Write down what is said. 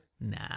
Nah